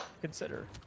consider